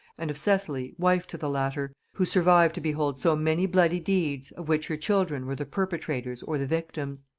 and of cecily wife to the latter, who survived to behold so many bloody deeds of which her children were the perpetrators or the victims.